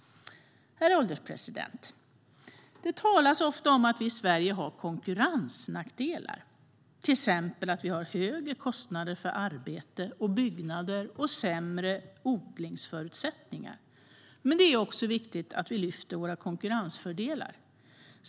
Herr ålderspresident! Det talas ofta om att vi i Sverige har konkurrensnackdelar, till exempel att vi har högre kostnader för arbete och byggnader och sämre odlingsförutsättningar. Men det är också viktigt att vi lyfter fram våra konkurrensfördelar.